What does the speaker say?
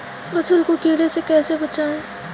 फसल को कीड़े से कैसे बचाएँ?